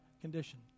condition